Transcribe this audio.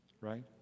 Right